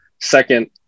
Second